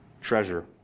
treasure